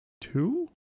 two